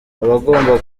abagomba